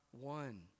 one